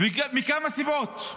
מכמה סיבות: